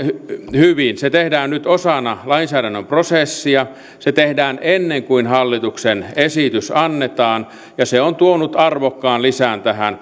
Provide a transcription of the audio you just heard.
hyvin se tehdään nyt osana lainsäädännön prosessia se tehdään ennen kuin hallituksen esitys annetaan ja se on tuonut arvokkaan lisän tähän